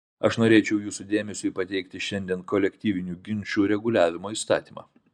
aš norėčiau jūsų dėmesiui pateikti šiandien kolektyvinių ginčų reguliavimo įstatymą